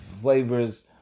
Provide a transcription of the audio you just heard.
flavors